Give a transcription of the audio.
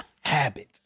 habit